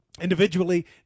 individually